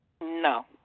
No